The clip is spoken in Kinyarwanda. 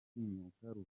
gutinyuka